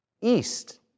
East